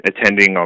attending